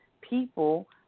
people